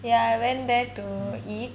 ya I went there to eat